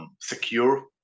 secure